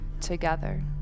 together